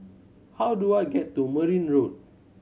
how do I get to Merryn Road